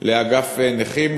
לאגף נכים,